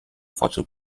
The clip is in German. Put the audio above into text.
vorschub